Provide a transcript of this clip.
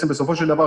בסופו של דבר,